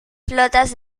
flotas